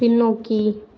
பின்னோக்கி